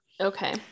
Okay